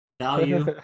value